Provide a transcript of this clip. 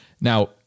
Now